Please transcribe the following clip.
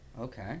Okay